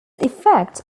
effect